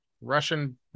Russian